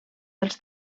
dels